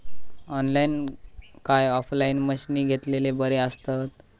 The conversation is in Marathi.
ऑनलाईन काय ऑफलाईन मशीनी घेतलेले बरे आसतात?